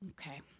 Okay